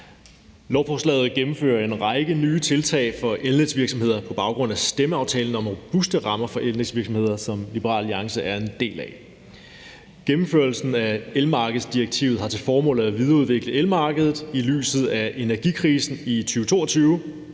Lovforslaget gennemfører en række nye tiltag for elnetsvirksomheder på baggrund af stemmeaftalen om »Robuste rammer for elnetsvirksomheders økonomi«, som Liberal Alliance er en del af. Gennemførelsen af elmarkedsdirektivet har til formål at videreudvikle elmarkedet i lyset af energikrisen i 2022